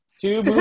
Two